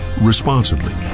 responsibly